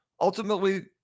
ultimately